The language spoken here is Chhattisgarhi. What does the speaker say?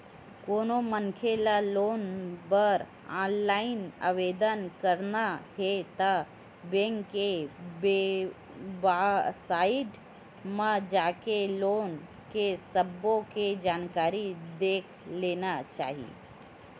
कोनो मनखे ल लोन बर ऑनलाईन आवेदन करना हे ता बेंक के बेबसाइट म जाके लोन के सब्बो के जानकारी देख लेना चाही